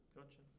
Gotcha